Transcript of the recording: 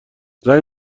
زنگ